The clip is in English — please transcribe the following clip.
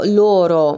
loro